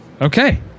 Okay